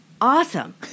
awesome